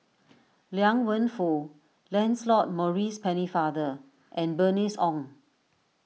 Liang Wenfu Lancelot Maurice Pennefather and Bernice Ong